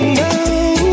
now